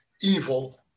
evil